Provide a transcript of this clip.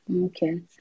Okay